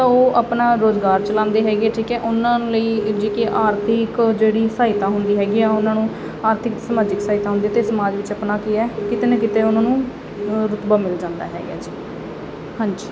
ਤਾਂ ਉਹ ਆਪਣਾ ਰੋਜ਼ਗਾਰ ਚਲਾਉਂਦੇ ਹੈਗੇ ਠੀਕ ਹੈ ਉਹਨਾਂ ਲਈ ਜੀ ਕਿ ਆਰਥਿਕ ਜਿਹੜੀ ਸਹਾਇਤਾ ਹੁੰਦੀ ਹੈਗੀ ਆ ਉਹਨਾਂ ਨੂੰ ਆਰਥਿਕ ਸਮਾਜਿਕ ਸਹਾਇਤਾ ਹੁੰਦੀ ਹੈ ਅਤੇ ਸਮਾਜ ਵਿੱਚ ਆਪਣਾ ਕੀ ਹੈ ਕਿਤੇ ਨਾ ਕਿਤੇ ਉਹਨਾਂ ਨੂੰ ਰੁਤਬਾ ਮਿਲ ਜਾਂਦਾ ਹੈਗਾ ਜੀ ਹਾਂਜੀ